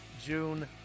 June